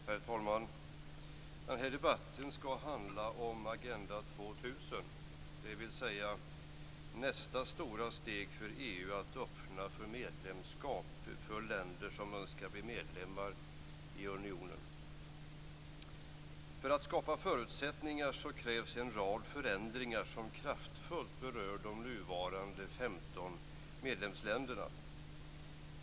Herr talman! Den här debatten skall handla om Agenda 2000, dvs. nästa stora steg för EU att öppna för medlemskap för länder som önskar bli medlemmar i unionen. För att skapa förutsättningar för detta krävs en rad förändringar som kraftfullt berör de nuvarande 15 medlemsländerna.